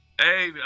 Hey